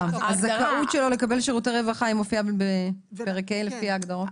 הזכאות שלו לקבל שירותי רווחה מופיעה בפרק ה' לפי ההגדרות?